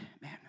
man